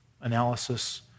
analysis